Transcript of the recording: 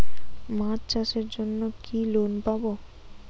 মাছ চাষের জন্য কি লোন পাব?